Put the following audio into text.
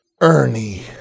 Ernie